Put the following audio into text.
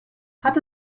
hat